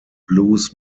blues